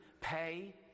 pay